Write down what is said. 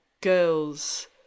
girls